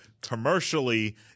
commercially